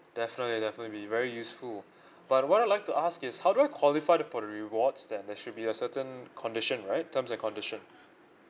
definitely definitely be very useful but what I'd like to ask is how do I qualify for the rewards then there should be a certain condition right terms and condition